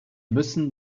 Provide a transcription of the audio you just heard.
müssen